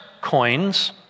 coins